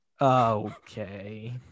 Okay